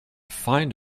find